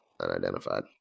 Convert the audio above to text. unidentified